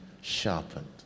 sharpened